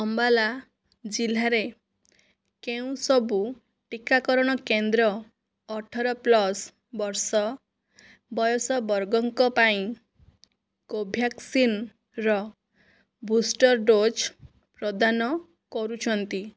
ଅମ୍ବାଲା ଜିଲ୍ଲାରେ କେଉଁ ସବୁ ଟିକାକରଣ କେନ୍ଦ୍ର ଅଠର ପ୍ଲସ୍ ବର୍ଷ ବୟସ ବର୍ଗଙ୍କ ପାଇଁ କୋଭ୍ୟାକ୍ସିନ୍ର ବୁଷ୍ଟର ଡୋଜ୍ ପ୍ରଦାନ କରୁଛନ୍ତି